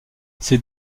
ces